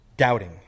Doubting